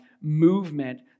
movement